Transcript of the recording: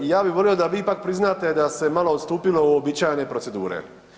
Ja bi volio da vi ipak priznate da se malo odstupilo od uobičajene procedure.